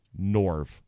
Norv